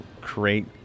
create